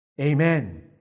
Amen